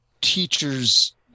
teachers